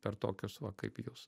per tokius va kaip jūs